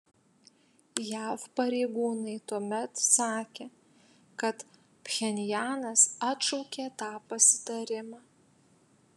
jav pareigūnai tuomet sakė kad pchenjanas atšaukė tą pasitarimą